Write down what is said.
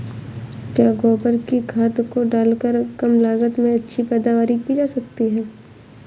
क्या गोबर की खाद को डालकर कम लागत में अच्छी पैदावारी की जा सकती है?